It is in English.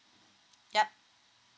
yup